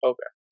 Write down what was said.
Okay